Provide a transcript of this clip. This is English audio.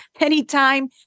anytime